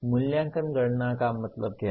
मूल्यांकन गणना का मतलब क्या है